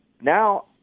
Now